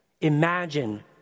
Imagine